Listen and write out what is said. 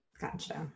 Gotcha